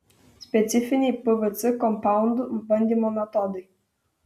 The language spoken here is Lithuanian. specifiniai pvc kompaundų bandymo metodai